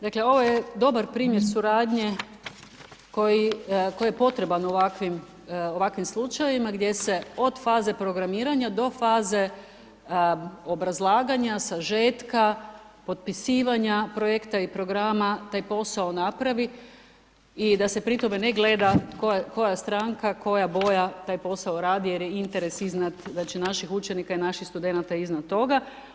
Dakle, ovo je dobar primjer suradnje koje je potreban u ovakvim slučajevima, gdje se od faze programiranja, do faze obrazlaganja, sažetaka, potpisivanja projekta i programa taj posao napravi i da se pri tome ne gleda, koja stranka, koja boja taj posao radi, jer je interes iznad, da će naših učenika i naših studenata iznad toga.